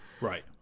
Right